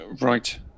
Right